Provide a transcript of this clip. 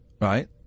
right